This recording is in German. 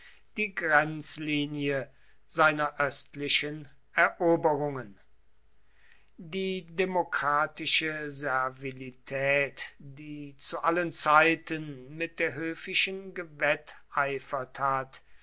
die grenzlinie seiner östlichen eroberungen die demokratische servilität die zu allen zeiten mit der höfischen gewetteifert hat